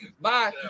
Bye